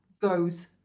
goes